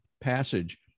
passage